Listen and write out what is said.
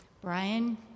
Brian